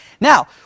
now